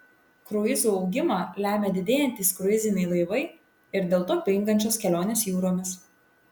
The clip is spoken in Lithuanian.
kruizų augimą lemia didėjantys kruiziniai laivai ir dėl to pingančios kelionės jūromis